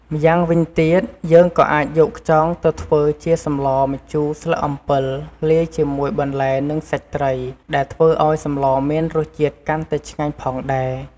ម្យ៉ាងវិញទៀត យើងក៏អាចយកខ្យងទៅធ្វើជាសម្លរម្ជូរស្លឹកអំពិល លាយជាមួយបន្លែនិងសាច់ត្រី ដែលធ្វើឱ្យសម្លរមានរសជាតិកាន់តែឆ្ងាញ់ផងដែរ។